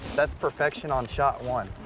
that's perfection on shot one.